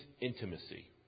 intimacy